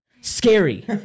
Scary